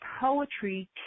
poetry